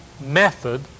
method